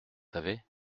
savez